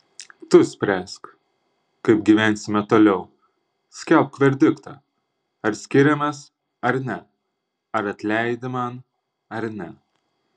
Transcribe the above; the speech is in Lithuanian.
tu spręsk kaip gyvensime toliau skelbk verdiktą ar skiriamės ar ne ar atleidi man ar ne